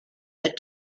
that